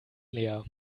leer